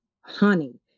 honey